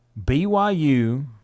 BYU